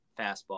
fastball